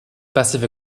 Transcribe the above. passive